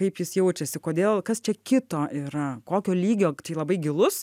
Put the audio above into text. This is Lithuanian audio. kaip jis jaučiasi kodėl kas čia kito yra kokio lygio čia labai gilus